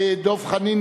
דב חנין,